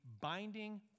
binding